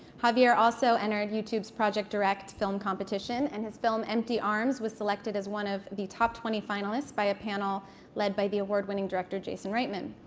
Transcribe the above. javier also entered youtube's project direct film competition, and his film empty arms was selected as one of the top twenty finalists by a panel led by the award-winning director jason reitman.